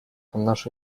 наша